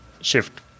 shift